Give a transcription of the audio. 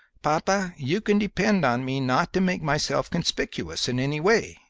papa, you can depend on me not to make myself conspicuous in any way,